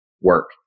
work